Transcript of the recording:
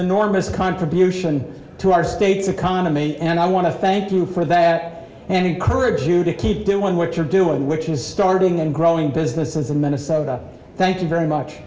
enormous contribution to our state's economy and i want to thank you for that and encourage you to keep doing what you're doing which is starting and growing businesses in minnesota thank you very much